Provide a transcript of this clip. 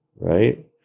right